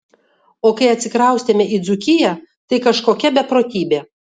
o kai atsikraustėme į dzūkiją tai kažkokia beprotybė